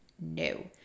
No